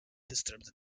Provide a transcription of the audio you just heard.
disturbed